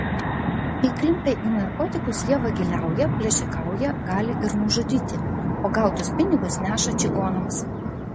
įklimpę į narkotikus jie vagiliauja plėšikauja gali ir nužudyti o gautus pinigus neša čigonams